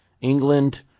England